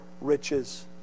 riches